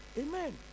Amen